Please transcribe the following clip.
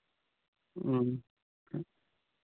ᱚ